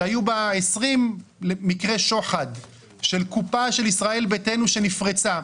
שהיו בה 20 מקרי שוחד של קופת ישראל ביתנו שנפרצה.